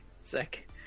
sick